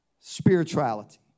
spirituality